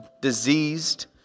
diseased